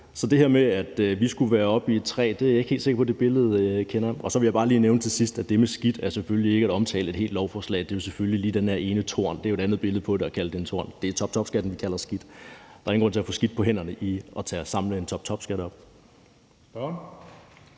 Så det her billede med, at vi skulle være oppe i et træ, er jeg ikke helt sikker på jeg kan genkende. Her til sidst vil jeg gerne bare lige nævne, at det her med skidt selvfølgelig ikke er omtale af et helt lovforslag, men det gælder selvfølgelig lige den her ene torn. Det er jo et andet billede på det at kalde det en torn; det af toptopskatten, vi kalder skidt. Der er ingen grund til at få skidt på hænderne ved at samle en toptopskat op.